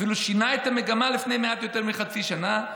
הוא אפילו שינה את המגמה לפני מעט יותר מחצי שנה: